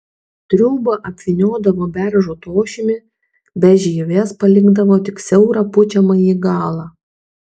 triūbą apvyniodavo beržo tošimi be žievės palikdavo tik siaurą pučiamąjį galą